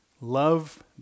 love